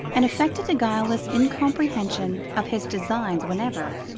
and affected a guileless incomprehension of his designs whenever,